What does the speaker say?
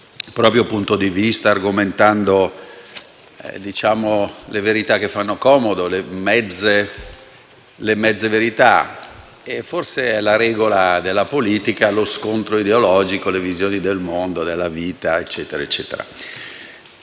proprio punto di vista, argomentando le verità che fanno comodo, le mezze verità. Forse è la regola della politica lo scontro ideologico e delle visioni del mondo della vita. Chi pensa